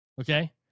Okay